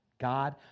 God